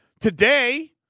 today